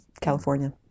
California